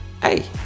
Hey